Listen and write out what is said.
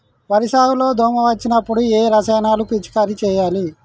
వరి సాగు లో దోమ వచ్చినప్పుడు ఏ రసాయనాలు పిచికారీ చేయాలి?